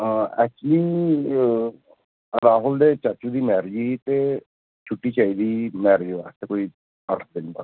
actually Rahul ਦੇ ਚਾਚੂ ਦੀ ਮੈਰਿਜ ਸੀ ਅਤੇ ਛੁੱਟੀ ਚਾਹੀਦੀ ਸੀ ਮੈਰਿਜ ਵਾਸਤੇ ਕੋਈ ਅੱਠ ਦਿਨ ਵ